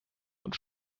und